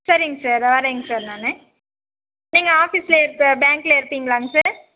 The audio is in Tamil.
சரிங்க சார் வர்றேன்ங்க சார் நான் நீங்கள் ஆஃபீஸில் பேங்க்கில் இருப்பீங்களாங்க சார்